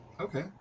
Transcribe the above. Okay